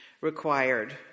required